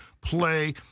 play